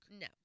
No